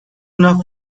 una